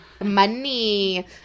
money